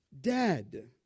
dead